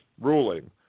ruling